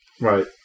Right